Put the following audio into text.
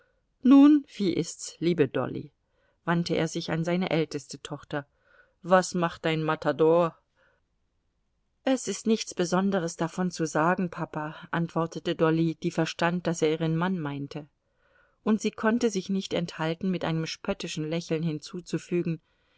nun wie ist's liebe dolly wandte er sich an seine älteste tochter was macht dein matador es ist nichts besonderes davon zu sagen papa antwortete dolly die verstand daß er ihren mann meinte und sie konnte sich nicht enthalten mit einem spöttischen lächeln hinzuzufügen